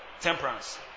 temperance